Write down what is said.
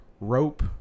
Rope